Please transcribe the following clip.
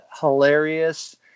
hilarious